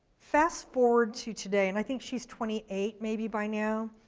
fast forward to today, and i think she's twenty eight maybe by now.